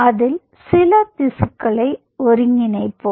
அதில் சில திசுக்களை ஒருங்கிணைப்போம்